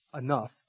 enough